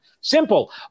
Simple